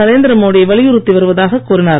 நரேந்திரமோடி வலியுறுத்தி வருவதாக கூறினார்